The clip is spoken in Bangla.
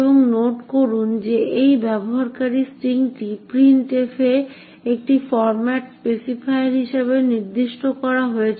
এবং নোট করুন যে এই ব্যবহারকারী স্ট্রিংটি printf এ একটি ফরমেট স্পেসিফাইর হিসাবে নির্দিষ্ট করা হয়েছে